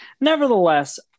Nevertheless